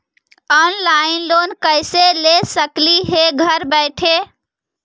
Online loan कैसे ले सकली हे घर बैठे?